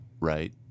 right